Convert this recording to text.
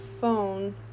phone